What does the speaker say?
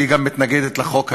היא גם מנוגדת לחוק הבין-לאומי,